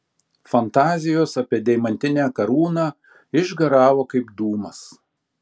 fantazijos apie deimantinę karūną išgaravo kaip dūmas